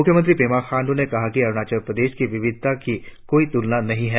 मुख्यमंत्री पेमा खांडू ने कहा कि अरुणाचल प्रदेश की विविधता की कोई तुलना नही है